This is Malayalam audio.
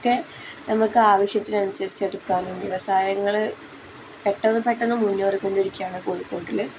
ഒക്കെ നമുക്ക് ആവശ്യത്തിനനുസരിച്ചെടുക്കാനും വ്യവസായങ്ങൾ പെട്ടെന്ന് പെട്ടെന്ന് മുന്നേറിക്കൊണ്ടിരിക്കുകയാണ് കോഴിക്കോട്ടിൽ